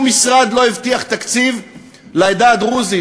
משרד לא הבטיח תקציב לעדה הדרוזית.